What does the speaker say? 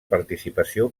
participació